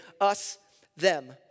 us-them